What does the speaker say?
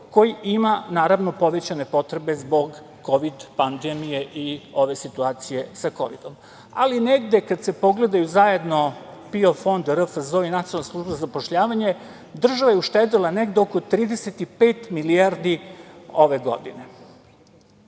koji ima, naravno, povećane potrebe zbog kovid pandemije i ove situacije sa kovidom. Ali, negde kad se pogledaju zajedno PIO fond, RFZO i Nacionalna služba za zapošljavanje, država je uštedela negde oko 35 milijardi ove godine. Moram